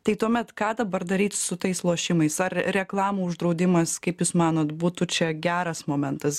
tai tuomet ką dabar daryt su tais lošimais ar reklamų uždraudimas kaip jūs manot būtų čia geras momentas